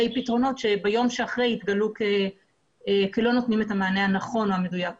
פתרונות שביום שאחרי יתגלו כלא נותנים את המענה הנכון והמדויק ביותר.